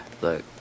Look